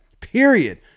period